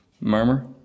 murmur